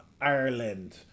Ireland